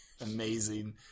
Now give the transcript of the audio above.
amazing